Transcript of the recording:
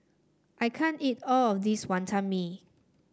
I can't eat all of this Wantan Mee